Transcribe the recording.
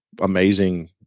amazing